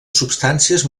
substàncies